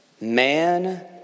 Man